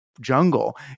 jungle